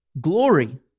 glory